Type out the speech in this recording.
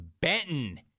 Benton